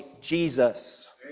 Jesus